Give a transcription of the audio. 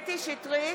הטרומית.